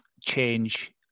change